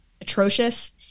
atrocious